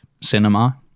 cinema